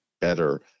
better